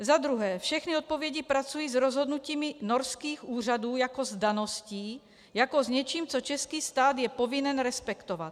Za druhé, všechny odpovědi pracují s rozhodnutími norských úřadů jako s daností, jako s něčím, co český stát je povinen respektovat.